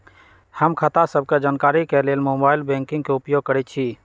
हम खता सभके जानकारी के लेल मोबाइल बैंकिंग के उपयोग करइछी